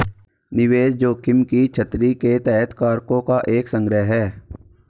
निवेश जोखिम की छतरी के तहत कारकों का एक संग्रह है